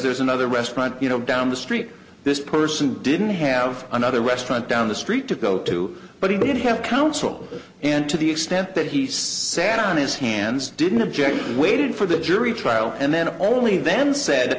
there's another restaurant you know down the street this person didn't have another restaurant down the street to go to but he didn't have counsel and to the extent that he sat on his hands didn't object and waited for the jury trial and then only then said